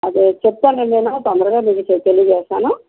అదే చెప్తాలెండి నేను తొందరగా మీకు తెలియచేస్తాను